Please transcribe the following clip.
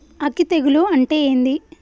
అగ్గి తెగులు అంటే ఏంది?